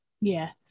Yes